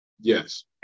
Yes